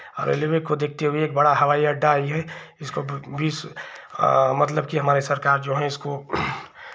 railway को देखते हुए एक बड़ा हवाई अड्डा ये हैं इसको बीस आ मतलब कि हमारे सरकार जो हैं इसको